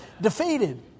Defeated